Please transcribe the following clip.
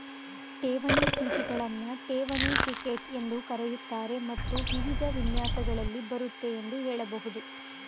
ಠೇವಣಿ ಚೀಟಿಗಳನ್ನ ಠೇವಣಿ ಟಿಕೆಟ್ ಎಂದೂ ಕರೆಯುತ್ತಾರೆ ಮತ್ತು ವಿವಿಧ ವಿನ್ಯಾಸಗಳಲ್ಲಿ ಬರುತ್ತೆ ಎಂದು ಹೇಳಬಹುದು